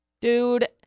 dude